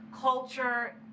culture